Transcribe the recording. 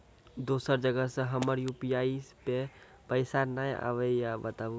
दोसर जगह से हमर यु.पी.आई पे पैसा नैय आबे या बताबू?